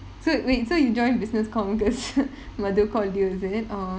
so wait so you join business comm because mathu called you is it or